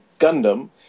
Gundam